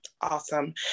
Awesome